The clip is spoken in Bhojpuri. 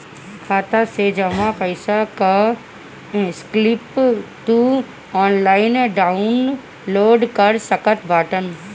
खाता से जमा पईसा कअ स्लिप तू ऑनलाइन डाउन लोड कर सकत बाटअ